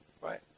right